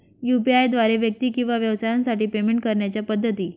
UPI द्वारे व्यक्ती किंवा व्यवसायांसाठी पेमेंट करण्याच्या पद्धती